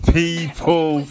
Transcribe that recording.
people